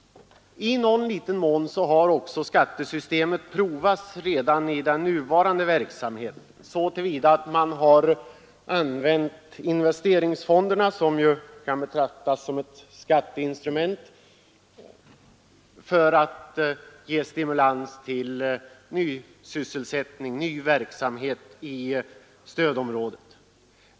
I någon liten mån har också skattesystemet prövats redan inom den nuvarande verksamheten, så till vida att man har använt investeringsfonderna — som ju kan betraktas som ett skatteinstrument — för att stimulera till ny sysselsättning och nya verksamheter i stödområdet.